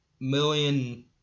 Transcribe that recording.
million